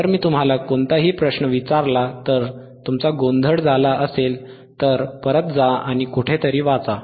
जर मी तुम्हाला कोणताही प्रश्न विचारला तर तुमचा गोंधळ झाला असेल तर परत जा आणि कुठेतरी वाचा